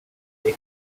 they